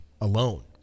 alone